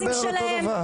אני מדבר על אותו דבר.